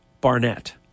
Barnett